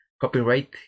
copyright